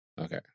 Okay